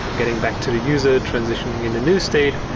getting back to the user, transitioning in the new state,